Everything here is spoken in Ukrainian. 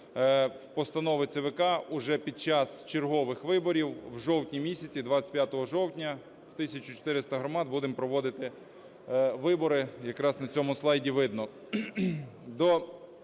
постанови ЦВК уже під час чергових виборів в жовтні місяці, 25 жовтня, в 1 тисячі 400 громад будемо проводити вибори якраз на цьому слайді видно.